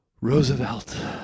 Roosevelt